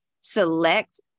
select